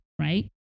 Right